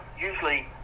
usually